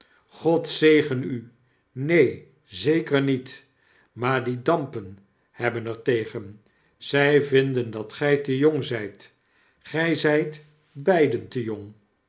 god zegen u neen zeker niet maar die dampen hebben er tegen ze vinden dat gij te jong zijt gij zijt beiden te